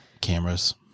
Cameras